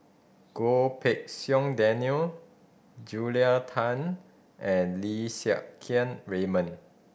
Goh Pei Siong Daniel Julia Tan and Lim Siang Keat Raymond